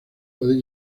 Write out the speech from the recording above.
pueden